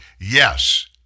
yes